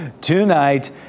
tonight